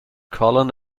colin